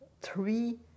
three